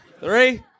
Three